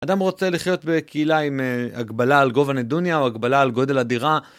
אדם רוצה לחיות בקהילה עם הגבלה על גובה נדוניה או הגבלה על גודל הדירה.